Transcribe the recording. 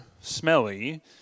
smelly